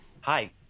Hi